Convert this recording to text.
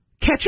catch